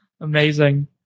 Amazing